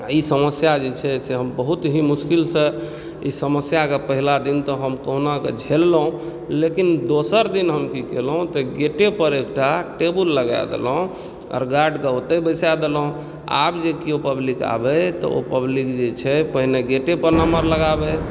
ई समस्या जे छै से हम बहुत ही मुश्किलसँ ई समस्याके पहिला दिन तऽ हम कोहुनाकऽ झेल्लहुँ लेकिन दोसर दिन हम कि केलहुँ तऽ गेटे पर एकटा टेबुल लगा देलहुँ आओर गार्डके ओतेय बैसा देलहुँ आबऽ जे केओ पब्लिक आबय तऽ ओऽ पब्लिक जे छै पहिने गेटे पर नम्बर लगाबय